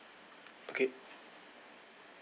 okay